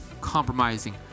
compromising